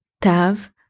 tav